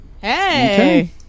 Hey